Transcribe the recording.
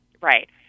Right